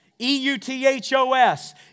E-U-T-H-O-S